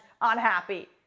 unhappy